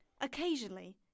Occasionally